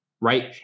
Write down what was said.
right